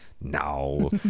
no